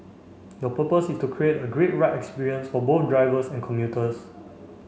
the purpose is to create a great ride experience for both drivers and commuters